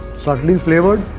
subtly flavoured.